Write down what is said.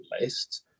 list